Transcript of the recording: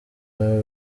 aba